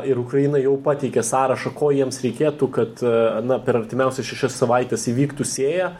ir ukraina jau pateikė sąrašą ko jiems reikėtų kad na per artimiausias šešias savaites įvyktų sėja